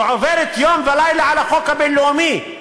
שעוברת יום ולילה על החוק הבין-לאומי,